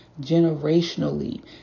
generationally